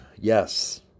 yes